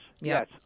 yes